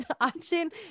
option